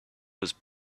was